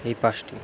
এই পাঁচটি